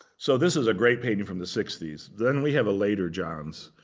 so this is a great painting from the sixty s. then we have a later johns.